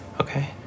Okay